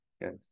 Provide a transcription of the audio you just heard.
Yes